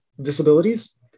disabilities